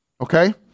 Okay